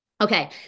Okay